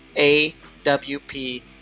AWP